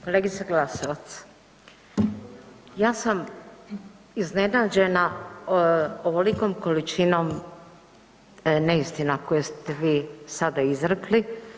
Kolegice Glasovac, ja sam iznenađena ovolikom količinom neistina koje ste vi sada izrekli.